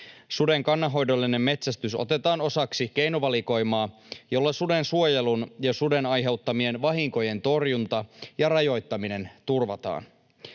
Suden kannanhoidollinen metsästys otetaan osaksi keinovalikoimaa, jolla suden suojelun ja suden aiheuttamien vahinkojen torjunta ja rajoittaminen turvataan.